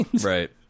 Right